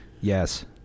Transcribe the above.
Yes